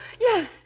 Yes